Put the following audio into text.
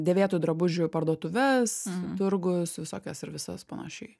dėvėtų drabužių parduotuves turgus visokias ir visas panašiai